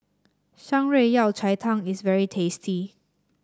Shan Rui Yao Cai Tang is very tasty